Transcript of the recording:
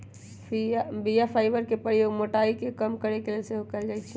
बीया फाइबर के प्रयोग मोटाइ के कम करे के लेल सेहो कएल जाइ छइ